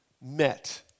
met